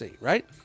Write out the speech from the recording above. right